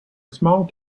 small